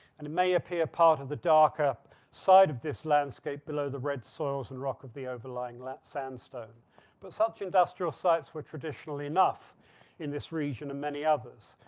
and it may appear part of the darker side of this landscape below the red soils and rock of the overlying like sandstone but such industrial sites were traditional enough in this region and many others.